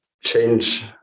change